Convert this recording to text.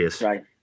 right